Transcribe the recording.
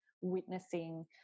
witnessing